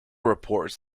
reports